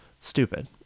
stupid